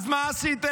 אז מה עשיתם?